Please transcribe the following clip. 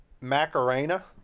Macarena